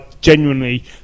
genuinely